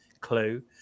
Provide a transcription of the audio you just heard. clue